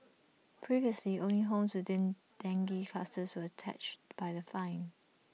previously only homes within dengue clusters were touch by the fine